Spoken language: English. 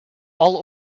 all